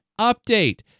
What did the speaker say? update